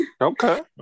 Okay